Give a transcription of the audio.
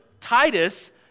Titus